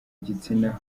gitsina